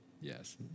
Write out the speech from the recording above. Yes